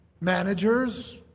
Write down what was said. managers